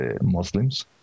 Muslims